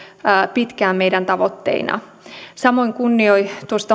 pitkään meidän tavoitteinamme samoin kunnioitusta